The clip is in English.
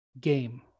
game